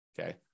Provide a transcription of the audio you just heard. okay